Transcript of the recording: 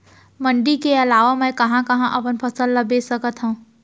मण्डी के अलावा मैं कहाँ कहाँ अपन फसल ला बेच सकत हँव?